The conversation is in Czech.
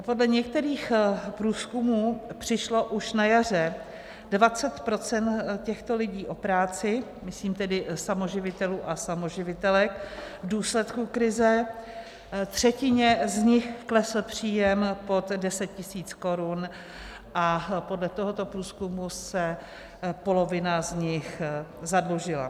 Podle některých průzkumů přišlo už na jaře 20 % těchto lidí o práci, myslím tedy samoživitelů a samoživitelek, v důsledku krize, třetině z nich klesl příjem pod 10 tisíc korun a podle tohoto průzkumu se polovina z nich zadlužila.